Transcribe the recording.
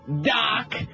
Doc